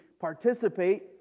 participate